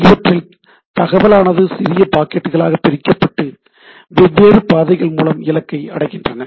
இவற்றில் தகவலானது சிறிய பாக்கெட்டுகளாக பிரிக்கப்பட்டு வெவ்வேறு பாதைகள் மூலம் இலக்கை அடைகின்றன